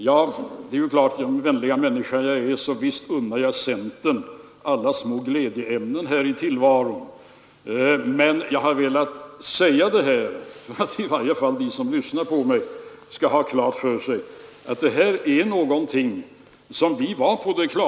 Ja, som den vänliga människa jag är unnar jag visst centern alla små glädjeämnen i tillvaron, men jag har velat göra dessa påpekanden för att i varje fall de som lyssnar på mig skall få klart för sig att detta är något som vi varit inställda på.